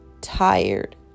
tired